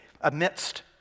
amidst